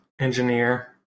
engineer